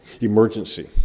emergency